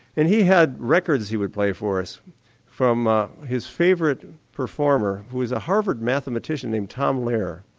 and he had records he would play for us from ah his favourite performer, who was a harvard mathematician named tom lehrer